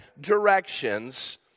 Directions